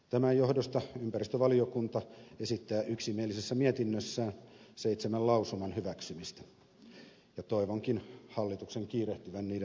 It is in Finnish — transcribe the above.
tämän johdosta ympäristövaliokunta esittää yksimielisessä mietinnössään seitsemän lausuman hyväksymistä ja toivonkin hallituksen kiirehtivän niiden toimeenpanoa